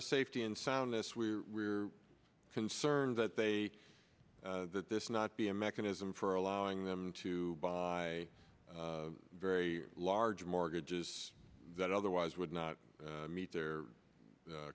as safety and soundness we're concerned that they that this not be a mechanism for allowing them to buy very large mortgages that otherwise would not meet their